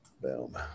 Boom